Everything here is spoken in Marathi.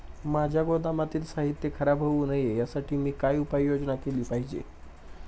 माझ्या गोदामातील साहित्य खराब होऊ नये यासाठी मी काय उपाय योजना केली पाहिजे?